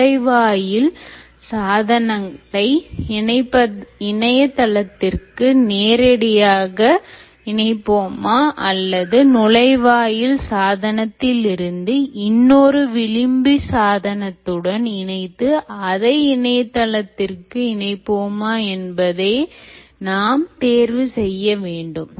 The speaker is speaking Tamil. நுழைவாயில் சாதனத்தை இணையதளத்திற்கு நேரடியாக இணைப்போமா அல்லது நுழைவாயில் சாதனத்தில் இருந்து இன்னொரு விளிம்பி சாதனத்துடன் இணைத்து அதை இணையதளத்திற்கு இணைப்போமா என்பதை நாம் தேர்வு செய்ய வேண்டும்